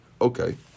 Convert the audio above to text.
okay